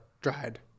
dried